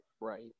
Right